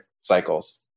cycles